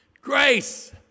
Grace